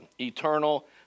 eternal